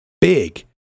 big